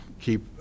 keep